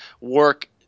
work